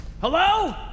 Hello